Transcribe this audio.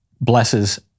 blesses